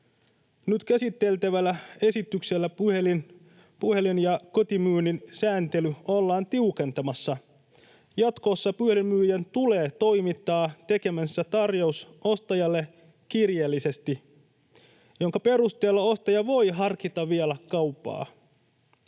Nyt käsiteltävällä esityksellä puhelin- ja kotimyynnin sääntelyä ollaan tiukentamassa. Jatkossa puhelinmyyjän tulee toimittaa tekemänsä tarjous ostajalle kirjallisesti, jonka perusteella ostaja voi harkita vielä kauppaa.